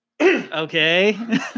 Okay